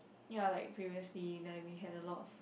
ya like previously you know we had a lot of